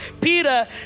Peter